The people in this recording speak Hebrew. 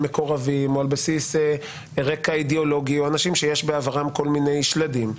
מקורבים או על בסיס רקע אידיאולוגי או אנשים שיש בעברם כל מיני שלדים.